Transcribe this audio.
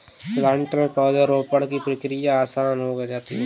planter से पौधरोपण की क्रिया आसान हो जाती है